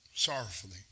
Sorrowfully